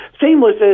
Seamless